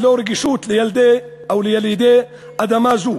ללא רגישות ליַלדי ולילידי אדמה זו.